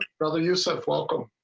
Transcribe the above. share early use of welcome.